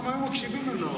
פעם הם היו מקשיבים לנו.